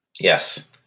Yes